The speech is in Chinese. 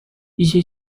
一些